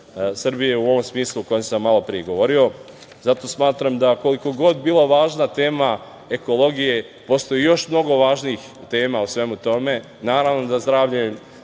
Srbije u ovom smislu u kojem sam malopre govorio. Zato smatram da koliko god bila važna tema ekologije, postoji još mnogo važnijih tema. Naravno da zdravlje,